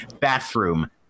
bathroom